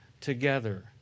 together